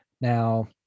Now